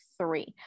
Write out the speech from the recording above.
three